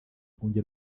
rwunge